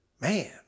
man